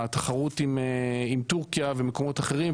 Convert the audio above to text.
התחרות עם טורקיה ומקומות אחרים,